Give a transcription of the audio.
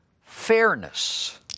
fairness